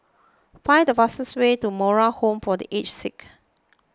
find the fastest way to Moral Home for the Aged Sick